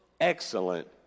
excellent